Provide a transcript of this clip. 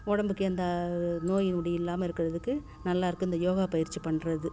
உடம்புக்கு எந்த நோய் நொடியும் இல்லாமல் இருக்கிறதுக்கு நல்லா இருக்குது இந்த யோகா பயிற்சி பண்ணுறது